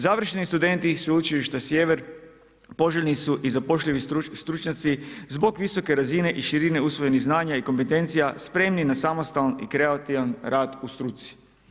Završni studenti Sveučilištu Sjever, poželjni su i zapošljava stručnjaci zbog visoke razine i širine usvojenih znanja i kompetencija spremni na samostalni i kreativan rad u struci.